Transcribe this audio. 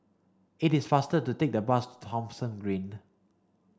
it is faster to take the bus Thomson Green